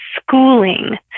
schooling